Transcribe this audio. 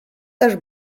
też